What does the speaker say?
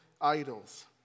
idols